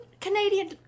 Canadian